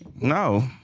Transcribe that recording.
No